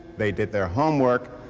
they did their homework,